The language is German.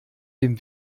dem